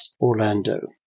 Orlando